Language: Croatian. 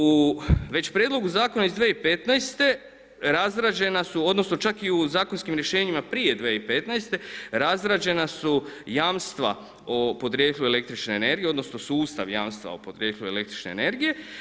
U već prijedlogu zakona iz 2015. razrađena su odnosno čak i u zakonskim rješenjima prije 2015. razrađena su jamstva o podrijetlu električne energije odnosno sustav jamstva o podrijetlu električne energije.